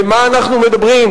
במה אנחנו מדברים?